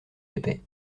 épais